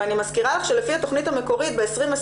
אבל אני מזכירה לך שבתכנית המקורית ב-2020